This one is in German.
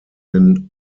den